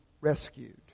rescued